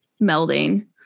melding